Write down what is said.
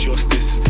Justice